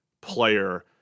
player